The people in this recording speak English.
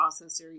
processor